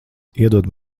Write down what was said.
iedod